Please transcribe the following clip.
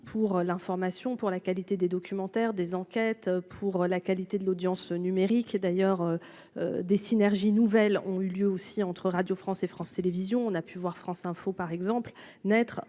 pour l'information pour la qualité des documentaires, des enquêtes pour la qualité de l'audience numérique et d'ailleurs, des synergies nouvelles ont eu lieu aussi entre Radio France et France Télévisions, on a pu voir France Info par exemple naître